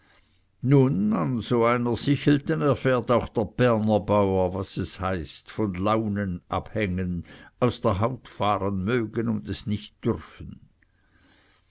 nun so an einer sichelten erfährt auch der berner bauer was es heißt von launen abhängen aus der haut fahren mögen und es nicht dürfen